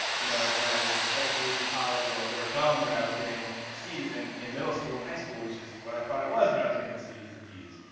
you know, when i was getting as in college or or dumb when i was getting cs and in middle school and high school which is what i thought i was when i was getting cs and ds.